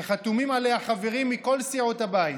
שחתומים עליה חברים מכל סיעות הבית.